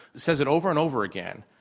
says it over and over again,